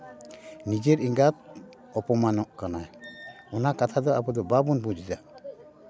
ᱱᱤᱡᱮᱨ ᱮᱸᱜᱟᱛ ᱚᱯᱚᱢᱟᱱᱚᱜ ᱠᱟᱱᱟᱭ ᱚᱱᱟ ᱠᱟᱛᱷᱟ ᱫᱚ ᱟᱵᱚᱫᱚ ᱵᱟᱵᱚᱱ ᱵᱩᱡ ᱮᱫᱟ